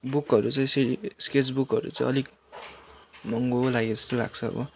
बुकहरू स्केच बुकहरू चाहिँ अलिक महँगो लागे जस्तो लाग्छ अब